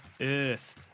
earth